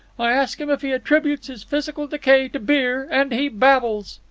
i ask him if he attributes his physical decay to beer and he babbles.